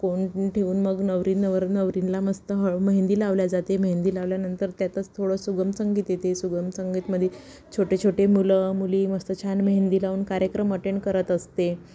कोनगोन ठेऊन मग नवरी नवर नवरींला मस्त हळ मेहंदी लावल्या जाते मेहेंदी लावल्यानंतर त्यातच थोडं सुगम संगीत येते सुगम संगीत मध्ये छोटे छोटे मुलं मुली मस्त छान मेहंदी लावून कार्यक्रम अटेंड करत असते